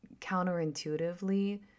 counterintuitively